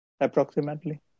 approximately